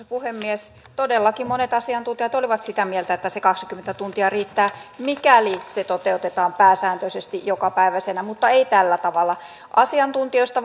puhemies todellakin monet asiantuntijat olivat sitä mieltä että se kaksikymmentä tuntia riittää mikäli se toteutetaan pääsääntöisesti jokapäiväisenä mutta ei tällä tavalla asiantuntijoista